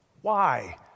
Why